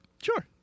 Sure